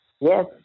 Yes